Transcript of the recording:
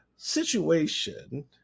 situation